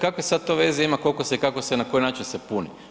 Kave sad to veze ima koliko se i kako se i na koji način se puni.